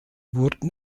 wurden